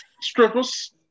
strippers